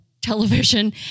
television